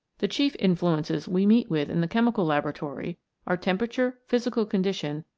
the chief influences we meet with in the chemical laboratory are temperature, physical condition,